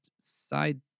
side